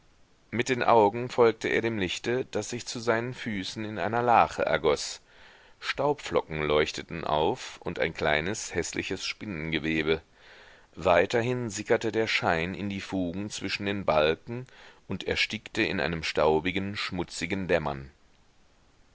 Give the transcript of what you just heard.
mit den augen folgte er dem lichte das sich zu seinen füßen in einer lache ergoß staubflocken leuchteten auf und ein kleines häßliches spinnengewebe weiterhin sickerte der schein in die fugen zwischen den balken und erstickte in einem staubigen schmutzigen dämmern